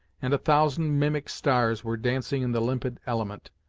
and a thousand mimic stars were dancing in the limpid element,